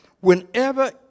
Whenever